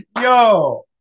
Yo